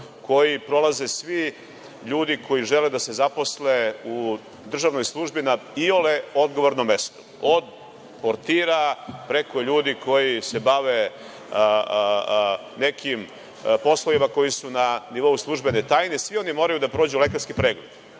koji prolaze svi ljudi koji žele da se zaposle u državnoj službi na iole odgovorno mesto, od portira, preko ljudi koji se bave nekim poslovima koji su na nivou službene tajne. Svi oni moraju da prođu pregled